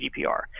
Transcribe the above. GDPR